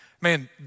Man